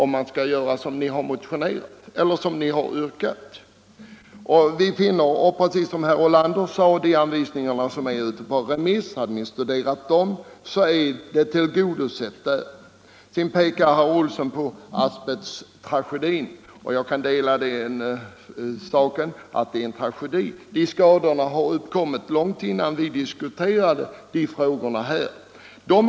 Hade ni, precis som herr Ulander sade, studerat de anvisningar som nu är ute på remiss, så skulle ni ha funnit att önskemålen tillgodoses där. Herr Olsson pekade på asbesttragedin. Jag delar hans uppfattning att det är en tragedi, men skadorna har uppkommit långt innan vi diskuterade dem här.